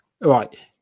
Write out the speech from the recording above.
right